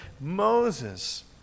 Moses